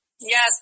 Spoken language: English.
Yes